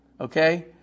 Okay